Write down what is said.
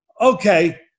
okay